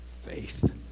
faith